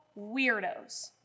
weirdos